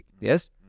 yes